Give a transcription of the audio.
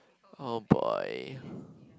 oh boy